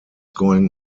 going